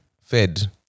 Fed